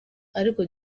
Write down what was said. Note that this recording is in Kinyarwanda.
ariko